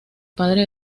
padre